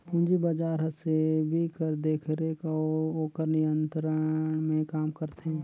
पूंजी बजार हर सेबी कर देखरेख अउ ओकर नियंत्रन में काम करथे